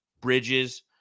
Bridges